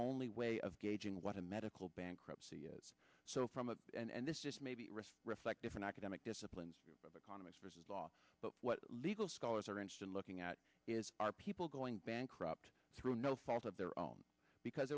only way of gauging what a medical bankruptcy is so from a and this just maybe risk reflect different academic disciplines of economists versus law but what legal scholars are interested looking at is are people going bankrupt through no fault of their own because